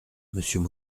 monsieur